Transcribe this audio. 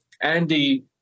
Andy